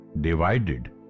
divided